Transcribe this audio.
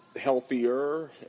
healthier